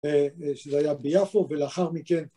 שזה היה ביפו ולאחר מכן